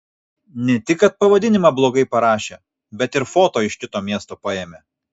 ne tik kad pavadinimą blogai parašė bet ir foto iš kito miesto paėmė